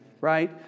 right